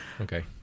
Okay